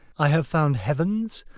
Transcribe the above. i have found heavens,